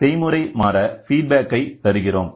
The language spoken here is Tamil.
செய்முறை மாற ஃபீட்பேக் ஐ தருகிறோம்